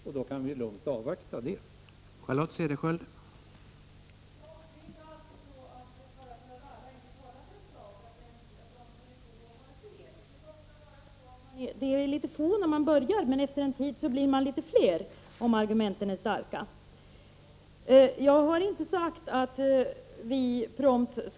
Således kan vi lugnt avvakta resultatet av denna utredning.